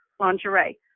lingerie